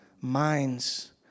minds